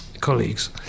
colleagues